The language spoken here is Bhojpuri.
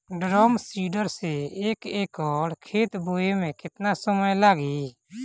ड्रम सीडर से एक एकड़ खेत बोयले मै कितना समय लागी?